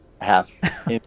half